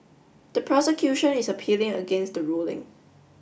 the prosecution is appealing against the ruling